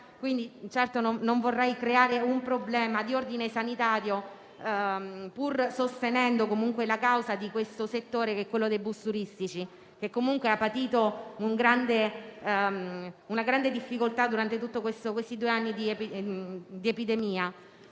non vorrei creare un problema di ordine sanitario, pur sostenendo la causa del settore dei bus turistici che ha patito un grande difficoltà durante questi due anni di epidemia.